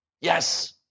Yes